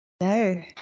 No